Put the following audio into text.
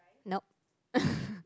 nope